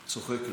צוחקת.